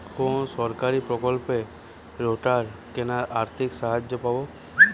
কোন সরকারী প্রকল্পে রোটার কেনার আর্থিক সাহায্য পাব?